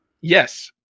Yes